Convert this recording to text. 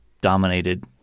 dominated